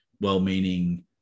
well-meaning